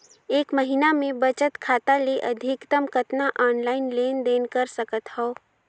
एक महीना मे बचत खाता ले अधिकतम कतना ऑनलाइन लेन देन कर सकत हव?